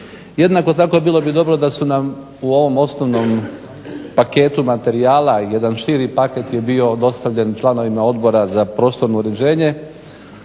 Jednako tako bilo bi dobro da su nam u ovom osnovnom paketu materijala, jedan širi paket je bio dostavljen članovima Odbora za prostorno uređenje